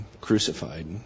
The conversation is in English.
crucified